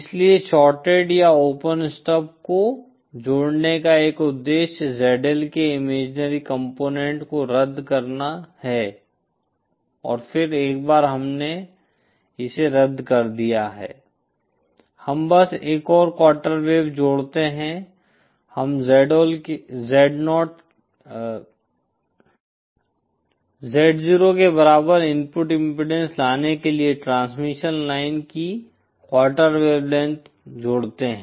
इसलिए शॉर्टेड या open stub को जोड़ने का एक उद्देश्य ZL के इमेजिनरी कॉम्पोनेन्ट को रद्द करना है और फिर एक बार हमने इसे रद्द कर दिया है हम बस एक और क्वार्टर वेव जोड़ते हैं हम Z0 के बराबर इनपुट इम्पीडेन्स लाने के लिए ट्रांसमिशन लाइन की क्वार्टर वेव लेंथ जोड़ते हैं